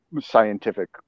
scientific